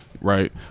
right